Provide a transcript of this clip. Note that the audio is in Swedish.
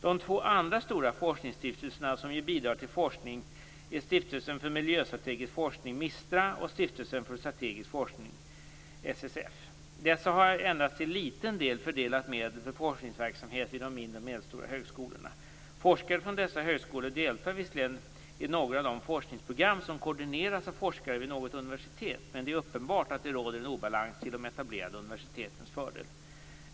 De två andra stora forskningsstiftelserna som ger bidrag till forskning är Stiftelsen för miljöstrategisk forskning, MISTRA, och Stiftelsen för strategisk forskning, SSF. Dessa har endast till en liten del fördelat medel för forskningsverksamhet vid de mindre och medelstora högskolorna. Forskare från dessa högskolor deltar visserligen i några av de forskningsprogram som koordineras av forskare vid något universitet, men det är uppenbart att det råder en obalans till de etablerade universitetens fördel.